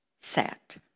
sat